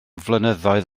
flynyddoedd